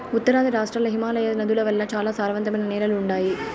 ఉత్తరాది రాష్ట్రాల్ల హిమాలయ నదుల వల్ల చాలా సారవంతమైన నేలలు ఉండాయి